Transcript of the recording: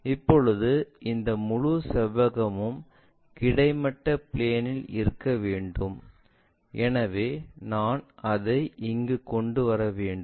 இப்போது இந்த முழு செவ்வகமும் கிடைமட்ட பிளேன் இல் இருக்க வேண்டும் எனவே நான் அதை இங்கு கொண்டு வர வேண்டும்